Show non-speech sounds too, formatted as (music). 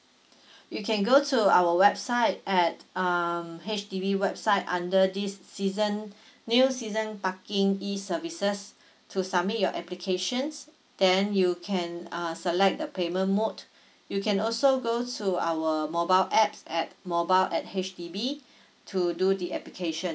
(breath) you can go to our website at um H_D_B website under this season (breath) new season parking E services (breath) to submit your applications then you can uh select the payment mode you can also go to our mobile apps at mobile at H_D_B (breath) to do the application